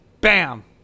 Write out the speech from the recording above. Bam